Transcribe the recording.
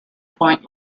point